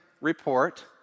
report